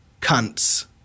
cunts